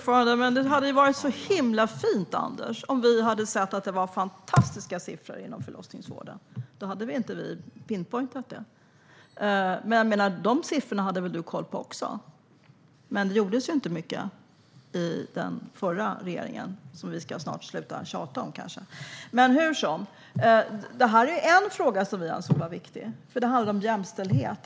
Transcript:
Herr talman! Det hade varit så himla fint, Anders W Jonsson, om vi hade sett att det var fantastiska siffror inom förlossningsvården. Då hade vi inte "pinpointat" det området. Men de siffrorna har väl du koll på också? Men det gjordes inte mycket i den förra regeringen - som vi snart ska sluta tjata om. Det här är en fråga som vi anser är viktig. Det handlar om jämställdhet.